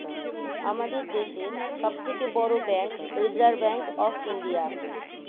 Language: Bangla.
আমাদের দেশের সব থেকে বড় bank reserve bank of India